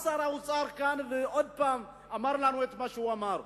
מה שר האוצר קם ואמר לנו שוב במה שאמר?